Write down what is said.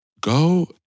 Go